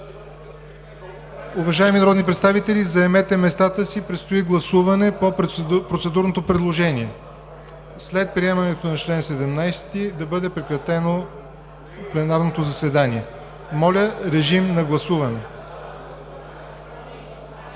Уважаеми народни представители, заемете местата си. Предстои гласуване по процедурното предложение, след приемането на чл. 17, да бъде прекратено пленарното заседание. Гласували